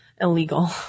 illegal